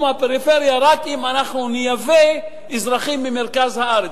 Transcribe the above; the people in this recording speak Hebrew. הפריפריה רק אם אנחנו נייבא אזרחים ממרכז הארץ.